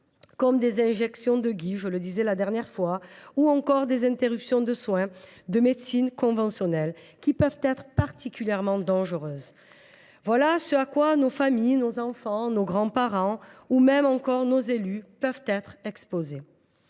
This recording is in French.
exemple des injections de gui ou encore des interruptions de soins de médecine conventionnelle, qui peuvent être particulièrement dangereuses. Voilà ce à quoi nos familles, nos enfants, nos grands parents ou même nos élus peuvent être exposés.